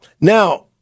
Now